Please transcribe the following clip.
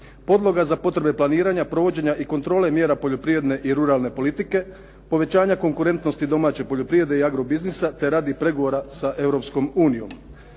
podloga za potrebe planiranja, provođenja i kontrole mjera poljoprivredne i ruralne politike, povećanja konkurentnosti domaće poljoprivrede i agro biznisa te radi pregovora sa